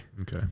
Okay